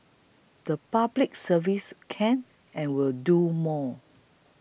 the Public Service can and will do more